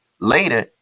later